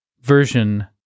version